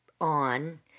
on